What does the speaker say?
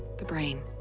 the brain,